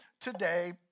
today